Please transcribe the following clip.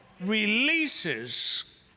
releases